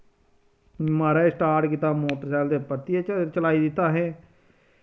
माराज स्टार्ट कीता मोटरसैकल ते परतियै च चलाई दित्ता असैं